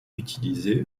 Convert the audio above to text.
utilisé